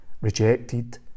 rejected